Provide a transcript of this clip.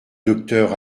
docteur